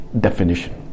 definition